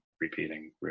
repeating